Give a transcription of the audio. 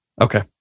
Okay